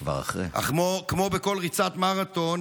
אך כמו בכל ריצת מרתון,